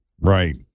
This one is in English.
Right